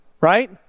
Right